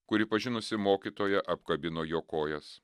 kuri pažinusi mokytoją apkabino jo kojas